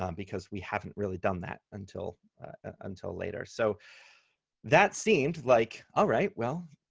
um because we haven't really done that until until later. so that seemed like, all right, well,